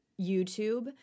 YouTube